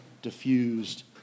Diffused